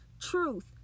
truth